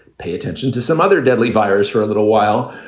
pay attention to some other deadly virus for a little while.